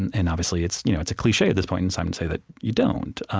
and and obviously, it's you know it's a cliche at this point in time to say that you don't.